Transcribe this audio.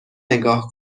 نگاه